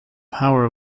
power